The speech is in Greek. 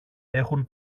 έχουν